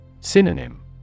Synonym